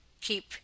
keep